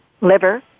Liver